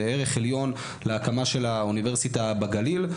וערך עליון להקמה של האוניברסיטה בגליל.